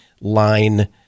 line